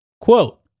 Quote